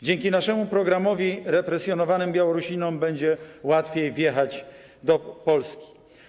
Dzięki naszemu programowi represjonowanym Białorusinom łatwiej będzie wjechać do Polski.